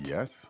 Yes